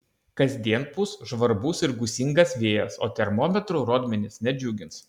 kasdien pūs žvarbus ir gūsingas vėjas o termometrų rodmenys nedžiugins